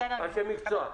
אנשי המקצוע,